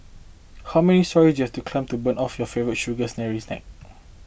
how many storeys you've to climb to burn off your favourite sugary